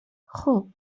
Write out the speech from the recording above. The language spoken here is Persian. خوب